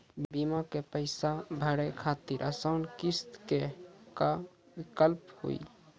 बीमा के पैसा भरे खातिर आसान किस्त के का विकल्प हुई?